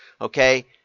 Okay